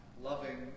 loving